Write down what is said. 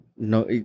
No